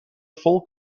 full